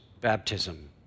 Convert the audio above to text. baptism